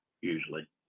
usually